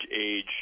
age